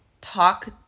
talk